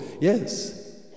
yes